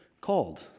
called